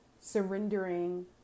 Surrendering